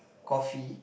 coffee